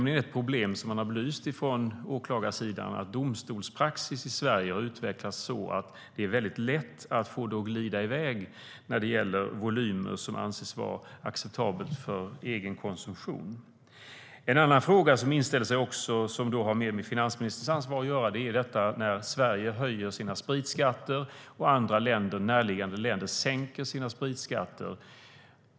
Ett problem som åklagarsidan har belyst är nämligen att domstolspraxis i Sverige har utvecklats så att det är lätt att få det att glida i väg när det gäller vilken volym som anses vara acceptabel för egen konsumtion. En annan fråga som inställer sig, som har mer med finansministerns ansvar att göra, är detta när Sverige höjer sina spritskatter och andra närliggande länder sänker sina spritskatter.